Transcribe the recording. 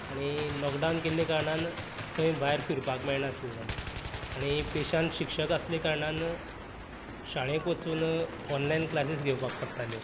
आनी लॉकडावन केल्लें कारणान खंय भायर फिरपाक मेळनासलें आनी पेशान शिक्षक आसले कारणान शाळेंत वचून ऑनलायन क्लासीस घेवपाक पडटाल्यो